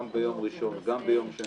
גם ביום ראשון וגם ביום שני.